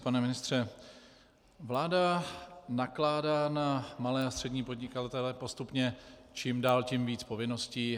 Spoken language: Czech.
Pane ministře, vláda nakládá na malé a střední podnikatele postupně čím dál tím víc povinností.